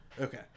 Okay